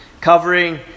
covering